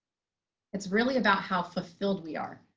it's really about how fulfilled we are,